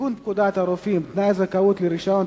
לתיקון פקודת הרופאים (תנאי זכאות לרשיון),